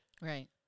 Right